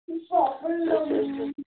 اَچھا اَچھا